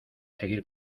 seguir